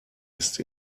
ist